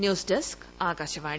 news desk Akashvani